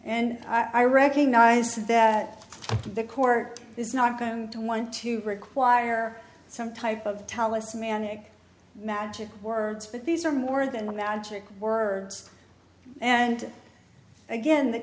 and i recognize that the court is not going to want to require some type of talismanic magic words but these are more than the magic words and again the